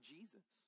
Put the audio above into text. Jesus